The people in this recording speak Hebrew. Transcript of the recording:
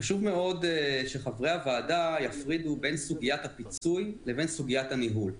חשוב מאוד שחברי הוועדה יפרידו בין סוגיית הפיצוי לבין סוגיית הניהול.